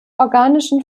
organischen